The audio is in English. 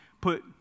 put